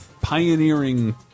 pioneering